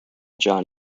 jon